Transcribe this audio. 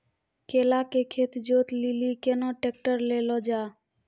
केला के खेत जोत लिली केना ट्रैक्टर ले लो जा?